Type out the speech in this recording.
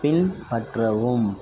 பின்பற்றவும்